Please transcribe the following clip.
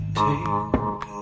take